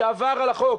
שעבר על החוק,